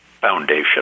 foundation